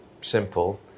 simple